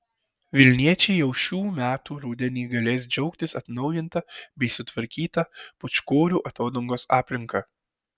vilniečiai jau šių metų rudenį galės džiaugtis atnaujinta bei sutvarkyta pūčkorių atodangos aplinka